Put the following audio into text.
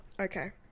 Okay